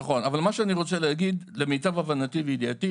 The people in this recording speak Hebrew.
אבל מה שאני רוצה להגיד: למיטב הבנתי וידיעתי,